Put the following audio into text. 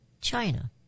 China